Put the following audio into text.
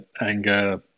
anger